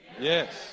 Yes